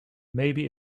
maybe